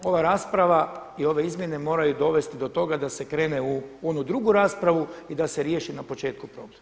Ova rasprava i ove izmjene moraju dovesti do toga da se krene u onu drugu raspravu i da se riješi na početku problem.